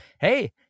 hey